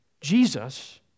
Jesus